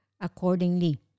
accordingly